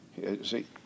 See